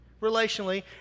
relationally